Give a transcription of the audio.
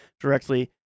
directly